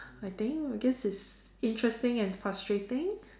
I think I guess it's interesting and frustrating